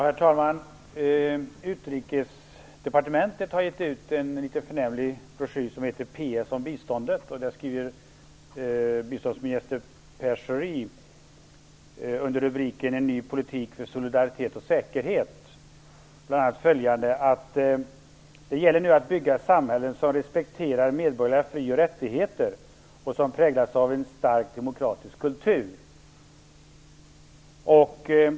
Herr talman! Utrikesdepartementet har gett ut en liten förnämlig broschyr som heter PS om biståndet. Där skriver biståndsminister Pierre Schori under rubriken En ny politik för solidaritet och säkerhet bl.a. att det nu gäller att bygga samhällen som respekterar medborgerliga fri och rättigheter och som präglas av en stark demokratisk kultur.